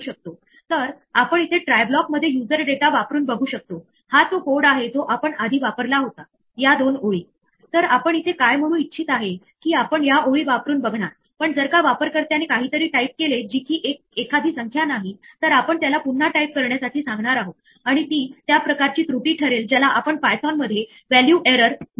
दुसरीकडे आपण जर असे म्हटले की y बरोबर 5 डिवाइडेड बाय 0 तर आपल्याला एक झिरो डिव्हिजन एरर मिळते आणि त्यासोबत डिव्हिजन बाय झिरो असा संदेश मिळतो आणि शेवटी जर आपण एक लिस्ट घेतली आणि त्यात 1 2 असे लिहिले आणि नंतर आपण तिसऱ्या स्थानाबद्दल विचारले तर आपल्याला ते म्हणते की या लिस्ट मध्ये तिसरे स्थान अस्तित्वात नाही